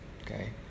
Okay